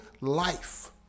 life